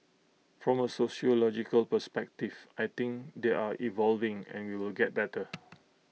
from A sociological perspective I think they are evolving and we will get better